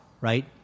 right